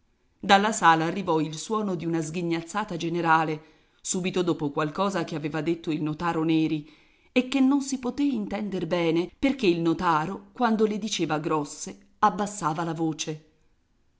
dalla sala arrivò il suono di una sghignazzata generale subito dopo qualcosa che aveva detto il notaro neri e che non si poté intender bene perché il notaro quando le diceva grosse abbassava la voce